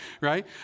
right